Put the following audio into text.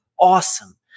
awesome